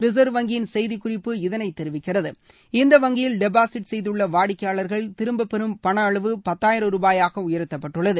reserve வங்கியின் செய்திக் குறிப்பு இதனை தெரிவிக்கிறது இந்த வங்கியில் டெபாசிட் செய்துள்ள வாடிக்கையாளர்கள் திரும்பப்பெறும் பண அளவு பத்தாயிரம் ரூபாயாக உயர்த்தப்பட்டுள்ளது